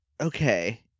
okay